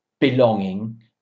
belonging